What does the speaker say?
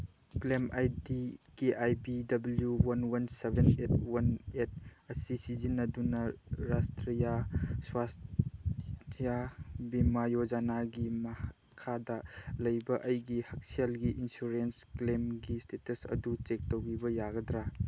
claim I D K I B W one one seven eight one eight ꯑꯁꯤ ꯁꯤꯖꯤꯟꯅꯗꯨꯅ ꯔꯥꯁꯇ꯭ꯔꯤꯌꯥ ꯁ꯭ꯋꯥꯁꯊꯤꯌꯥ ꯕꯤꯃꯥ ꯌꯣꯖꯅꯥꯒꯤ ꯃꯈꯥꯗ ꯂꯩꯕ ꯑꯩꯒꯤ ꯍꯛꯁꯦꯜꯒꯤ ꯏꯟꯁꯨꯔꯦꯟꯁ ꯀ꯭ꯂꯦꯝꯒꯤ ꯏꯁꯇꯦꯇꯁ ꯑꯗꯨ ꯆꯦꯛ ꯇꯧꯕꯤꯕ ꯌꯥꯒꯗ꯭ꯔꯥ